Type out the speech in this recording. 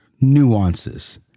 nuances